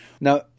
Now